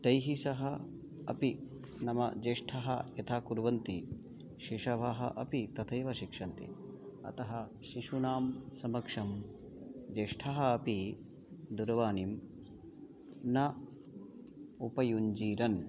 तैः सह अपि नाम ज्येष्ठाः यथा कुर्वन्ति शिशवः अपि तथैव शिक्षन्ति अतः शिशूनां समक्षं ज्येष्ठः अपि दूरवाणीं न उपयुञ्जीरन्